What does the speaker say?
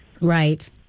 Right